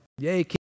Yay